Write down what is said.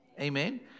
Amen